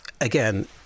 again